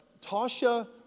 Tasha